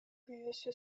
күйөөсү